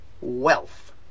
wealth